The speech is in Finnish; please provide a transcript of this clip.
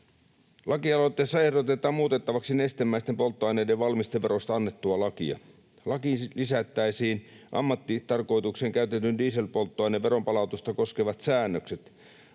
Lakialoitteessa ehdotetaan muutettavaksi nestemäisten polttoaineiden valmisteverosta annettua lakia. Lakiin lisättäisiin ammattitarkoitukseen käytetyn dieselpolttoaineen veronpalautusta koskevat säännökset.